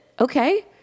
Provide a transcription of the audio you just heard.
okay